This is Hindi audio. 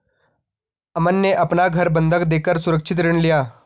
अमन ने अपना घर बंधक देकर सुरक्षित ऋण लिया